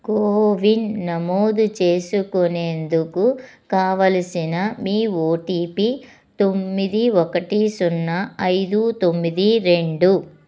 CoWIN నమోదు చేసుకునేందుకు కావలసిన మీ ఓటీపీ తొమ్మిది ఒకటి సున్నా ఐదు తొమ్మిది రెండు